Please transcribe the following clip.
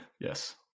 Yes